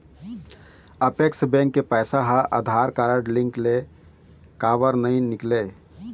Apex bank के पैसा हा आधार कारड लिंक ले काबर नहीं निकले?